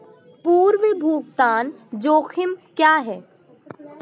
पूर्व भुगतान जोखिम क्या हैं?